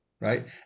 right